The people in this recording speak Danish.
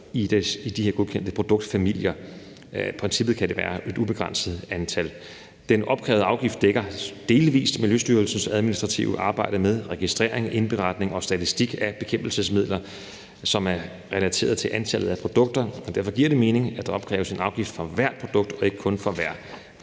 i de her godkendte produktfamiler. I princippet kan det være et ubegrænset antal. Den opkrævede afgift dækker delvis Miljøstyrelsens administrative arbejde med registrering, indberetning og statistik af bekæmpelsesmidler, som er relateret til antallet af produkter. Derfor giver det mening at opkræve en afgift for hvert produkt og ikke kun for hver